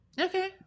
Okay